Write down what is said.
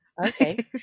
okay